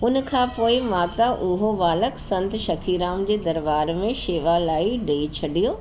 उन खां पोइ माता उहो ॿालक खे संत शखीराम जे दरबार में शेवा लाइ ॾई छॾियो